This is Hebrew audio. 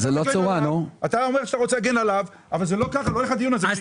אתה אומר שאתה רוצה להגן עליו אבל לא כך הולך הדיון הזה.